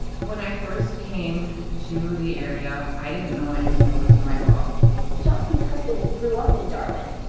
when i first came to the area, i didn't know anything about the twine ball johnson's husband grew up in darwin,